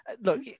look